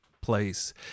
place